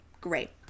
Great